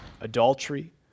adultery